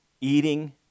eating